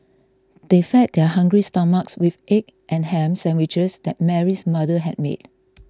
they fed their hungry stomachs with egg and ham sandwiches that Mary's mother had made